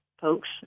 folks